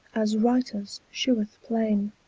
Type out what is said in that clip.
as writers sheweth plaine.